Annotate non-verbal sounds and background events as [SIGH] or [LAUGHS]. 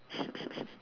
[LAUGHS]